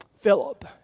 Philip